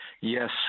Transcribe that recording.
Yes